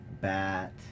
BAT